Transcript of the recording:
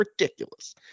ridiculous